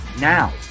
Now